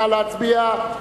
נא להצביע.